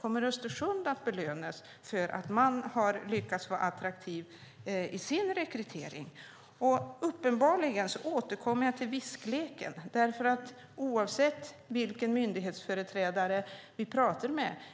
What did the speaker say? Kommer Östersund att belönas för att man har lyckats vara attraktiv i sin rekrytering? Jag återkommer till viskleken, för oavsett vilken myndighetsföreträdare